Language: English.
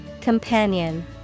Companion